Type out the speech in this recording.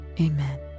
amen